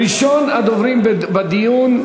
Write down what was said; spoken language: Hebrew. ראשון הדוברים בדיון,